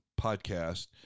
podcast